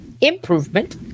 improvement